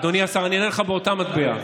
אדוני השר, אני אענה לך באותה מטבע.